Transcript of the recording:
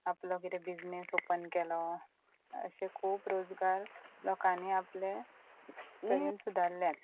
आपलो कितें business open केलो अशें खूब रोजगार लोकांनी आपले तरेन सुदारल्यात